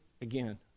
again